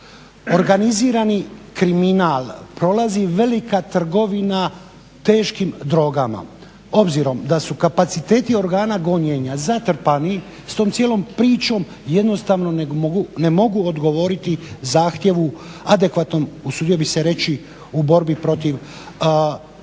organizirani kriminal, prolazi velika trgovina teškim drogama. Obzirom da su kapaciteti organa gonjenja zatrpani s tom cijelom pričom jednostavno ne mogu odgovoriti zahtjevu adekvatnom usudio bih se reći u borbi protiv